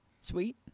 Sweet